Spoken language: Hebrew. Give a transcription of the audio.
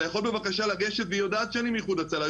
אתה יכול בבקשה לגשת' והיא יודעת שאני מאיחוד הצלה,